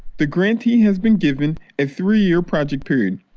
the grantee has been given a three year project period.